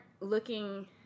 looking